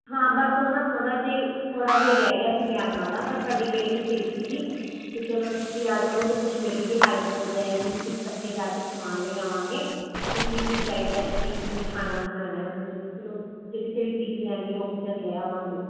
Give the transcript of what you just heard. ਹਾਂ ਬਸ ਉਹਨਾ ਥੋੜਾ ਜਿਹਾ ਥੋੜਾ ਜਿਹਾ ਰਹਿ ਗਿਆ ਸੀ ਲਿਆਣ ਵਾਲਾ ਬਸ ਤੁਹਾਡੀ ਵੇਟ 'ਚ ਸੀਗੀ ਵੀ ਚਲੋ ਤੁਸੀਂ ਆ ਜਾਓਗੇ ਕੁਛ ਮੇਰੇ ਵੀ ਹੈਲਪ ਹੋ ਜਾਏਗੀ ਫਿਰ ਇਕੱਠੇ ਜਾ ਕੇ ਸਮਾਨ ਲੈ ਆਵਾਂਗੇ ਤੇ ਕੀ ਕੀ ਚਾਹੀਦਾ ਤੇ ਕੀ ਕੀ ਨਹੀਂ ਖਾਣਾ ਬਣਾਉਣਾ ਉਸ ਜਿਹੜੀ ਜਿਹੜੀ ਚੀਜ਼ ਲੈਣੀ ਉਹੀ ਚਲ ਲੈ ਆਵਾਂਗੇ